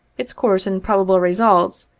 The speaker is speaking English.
its course and probable results,